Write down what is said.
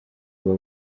buba